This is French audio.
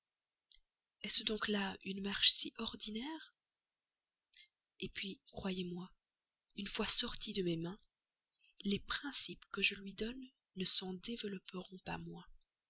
est-ce donc là une marche si ordinaire puis croyez-moi une fois sortie de mes mains les principes que je lui donne ne s'en développeront pas moins